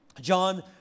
John